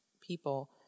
people